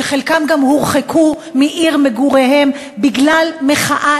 שחלקם גם הורחקו מעיר מגוריהם בגלל מחאה